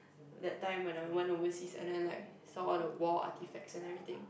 that time when I went overseas and then like some are the war artifacts and everything